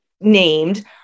named